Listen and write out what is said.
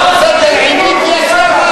תצביע למפלגה שלך.